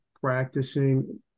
practicing